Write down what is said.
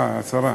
אה, שרה.